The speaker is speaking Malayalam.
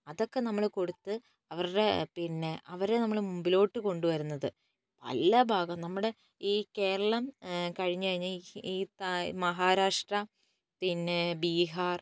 അതൊക്കെ നമ്മൾ കൊടുത്ത് അവരുടെ പിന്നെ അവരെ നമ്മള് മുമ്പിലോട്ട് കൊണ്ട് വരുന്നത് നല്ല ഭാഗം നമ്മുടെ ഈ കേരളം കഴിഞ്ഞു കഴിഞ്ഞാൽ ഈ മഹാരാഷ്ട്ര പിന്നെ ബീഹാർ